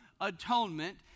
Atonement